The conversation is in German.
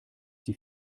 die